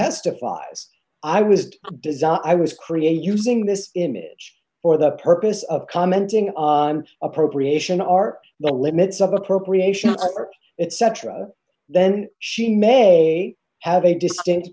testifies i was design i was created using this image for the purpose of commenting on appropriation are the limits of appropriation of art etc then she may have a distinct